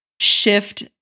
shift